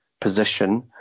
position